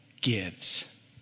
gives